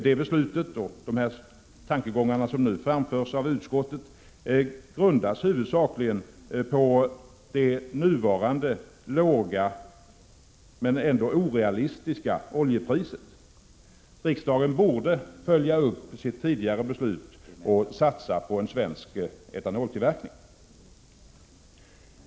Det beslut och de tankegångar som nu framförs av utskottet grundar sig huvudsakligen på nuvarande låga men ändå orealistiska oljepriser. Riksdagen borde följa upp sitt tidigare beslut och satsa på en svensk etanoltillverkning.